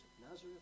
Nazareth